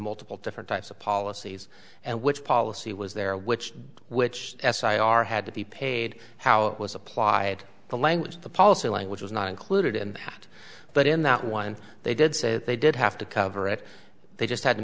multiple different types of policies and which policy was there which which as i are had to be paid how it was applied the language the policy language was not included in that but in that one they did say that they did have to cover it they just had to